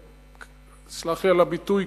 סלח לי על הביטוי,